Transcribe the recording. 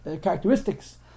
characteristics